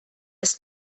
ist